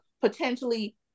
potentially